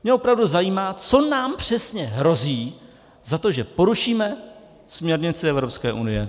Mě opravdu zajímá, co nám přesně hrozí za to, že porušíme směrnici Evropské unie.